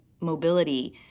mobility